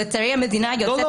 לצערי המדינה יוצאת --- לא,